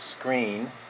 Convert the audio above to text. screen